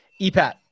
Epat